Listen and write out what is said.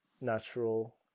natural